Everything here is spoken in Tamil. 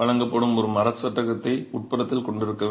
வழங்கப்படும் ஒரு மர சட்டகத்தை உட்புறத்தில் கொண்டிருக்க வேண்டும்